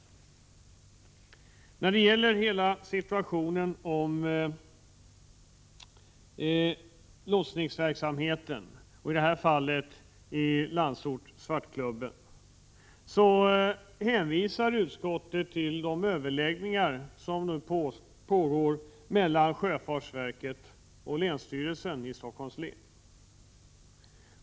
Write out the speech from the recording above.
När det gäller situationen inom lotsningsverksamheten i dess helhet, i detta fall i Landsort och Svartklubben, hänvisar utskottet till de överläggningar som pågår mellan sjöfartsverket och länsstyrelsen i Stockholms län.